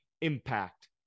impact